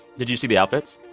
did you see the outfits?